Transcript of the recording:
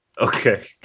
okay